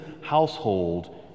household